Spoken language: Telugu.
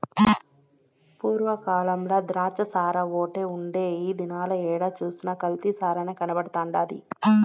పూర్వ కాలంల ద్రాచ్చసారాఓటే ఉండే ఈ దినాల ఏడ సూసినా కల్తీ సారనే కనబడతండాది